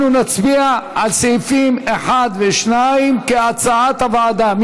אנחנו נצביע על סעיפים 1 ו-2 כהצעת הוועדה.